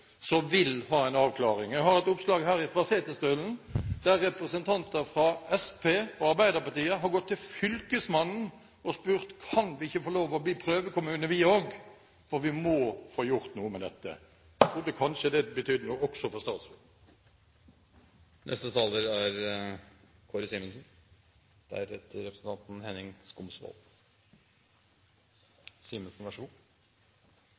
som vil ha en avklaring. Jeg har et oppslag her fra Setesdølen, der representanter fra Senterpartiet og Arbeiderpartiet har gått til Fylkesmannen og spurt: Kan vi ikke få lov å bli prøvekommuner vi også, for vi må få gjort noe med dette? Jeg trodde kanskje det også betydde noe for statsråden. Jeg må også kommentere, selv om det er